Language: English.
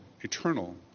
eternal